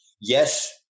yes